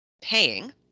paying